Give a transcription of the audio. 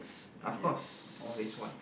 of course always wise